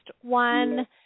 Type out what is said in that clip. one